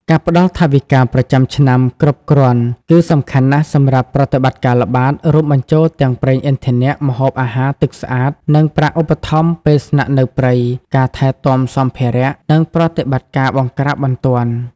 ការផ្តល់ថវិកាប្រចាំឆ្នាំគ្រប់គ្រាន់គឺសំខាន់ណាស់សម្រាប់ ប្រតិបត្តិការល្បាត រួមបញ្ចូលទាំងប្រេងឥន្ធនៈ ម្ហូបអាហារ ទឹកស្អាត និងប្រាក់ឧបត្ថម្ភពេលស្នាក់នៅព្រៃ ការថែទាំសម្ភារៈ និង ប្រតិបត្តិការបង្ក្រាបបន្ទាន់។